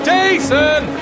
Jason